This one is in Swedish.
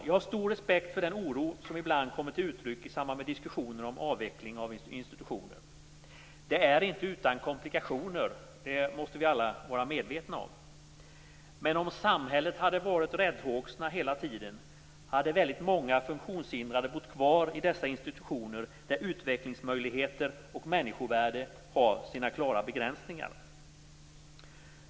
Jag har stor respekt för den oro som ibland kommer till uttryck i samband med diskussioner om avveckling av institutioner. Det är inte utan komplikationer, och det måste vi alla vara medvetna om. Men om samhället hade varit räddhågset hela tiden, hade många funktionshindrade bott kvar i dessa institutioner där utvecklingsmöjligheter och människovärde har sina klara begränsningar.